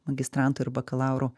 magistrantų ir bakalaurų